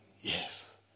Yes